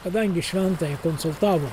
kadangi šventąjį konsultavo